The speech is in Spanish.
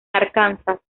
arkansas